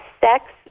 sex